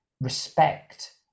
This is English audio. respect